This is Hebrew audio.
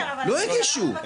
לא הגישו.